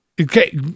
Okay